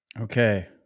Okay